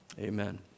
Amen